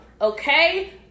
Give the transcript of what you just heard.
Okay